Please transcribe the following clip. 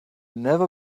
never